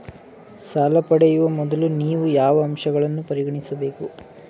ಸಾಲ ಪಡೆಯುವ ಮೊದಲು ನೀವು ಯಾವ ಅಂಶಗಳನ್ನು ಪರಿಗಣಿಸಬೇಕು?